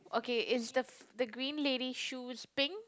okay is the the green lady shoes pink